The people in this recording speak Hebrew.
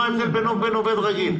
מה ההבדל בינו לבין עובד רגיל?